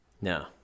No